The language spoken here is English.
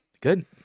good